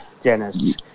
Dennis